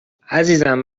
عزیزم